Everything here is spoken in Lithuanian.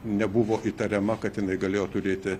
nebuvo įtariama kad jinai galėjo turėti